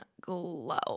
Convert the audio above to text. glow